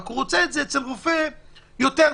רק רוצה את זה אצל רופא יותר טוב.